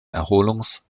erholungs